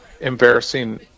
embarrassing –